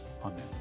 Amen